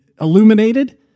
illuminated